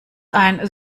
ein